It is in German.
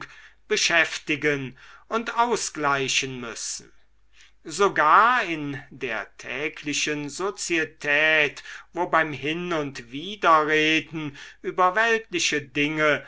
beschäftigen und ausgleichen müssen sogar in der täglichen sozietät wo beim hin und widerreden über weltliche dinge